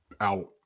out